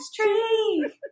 tree